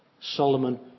Solomon